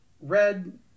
red